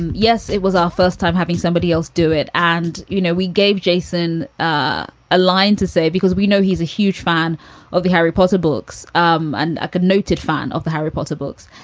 yes, it was our first time having somebody else do it. and, you know, we gave jason ah a line to say, because we know he's a huge fan of the harry potter books um and a connoted noted fan of the harry potter books.